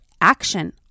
action